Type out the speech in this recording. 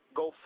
go